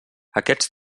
aquests